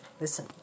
Listen